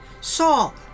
Saul